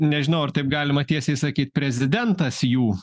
nežinau ar taip galima tiesiai sakyt prezidentas jų